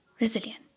resilient